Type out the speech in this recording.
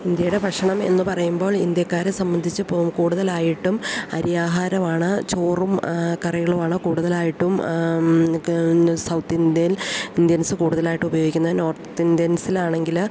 ഇന്ത്യയുടെ ഭക്ഷണം എന്ന് പറയുമ്പോൾ ഇന്ത്യക്കാരെ സംബന്ധിച്ച് ഇപ്പോൾ കൂടുതലായിട്ടും അരിയാഹാരമാണ് ചോറും കറികളുമാണ് കൂടുതലായിട്ടും സൗത്ത് ഇന്ത്യൻസ് ഇന്ത്യൻസ് കൂടുതലായിട്ടും ഉപയോഗിക്കുന്നത് നോർത്ത് ഇന്ത്യൻസിലാണെങ്കില്